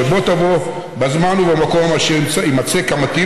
שבוא תבוא בזמן ובמקום אשר יימצא המתאים